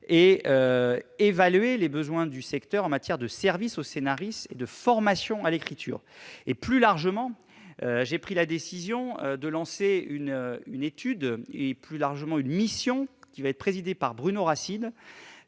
et évaluer les besoins du secteur en matière de services aux scénaristes et de formation à l'écriture. Plus largement, j'ai pris la décision de créer une mission, présidée par Bruno Racine,